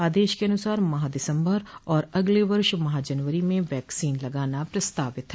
आदेश के अनुसार माह दिसम्बर और अगले वर्ष माह जनवरी में वैक्सीन लगाना प्रस्तावित है